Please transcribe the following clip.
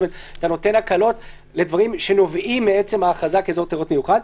אתה נותן הקלות לדברים שנובעים מעצם ההכרזה כאזור תיירות מיוחד,